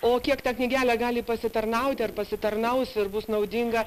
o kiek ta knygelė gali pasitarnauti ar pasitarnaus ir bus naudinga